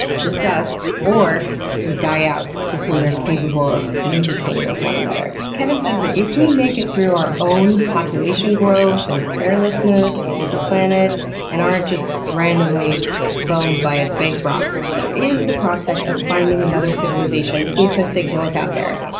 just us, or they die out before they're capable of communicating with one another. kevin says that if we make it through our own population growth and carelessness with the planet and aren't just randomly boned by a space rock, there is the prospect of finding another civilization if a signal is out there.